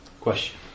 Question